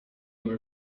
were